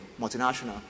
multinational